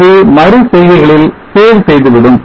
இது மறு செய்கைகளில் save செய்துவிடும்